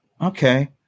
okay